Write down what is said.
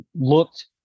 looked